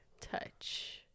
touch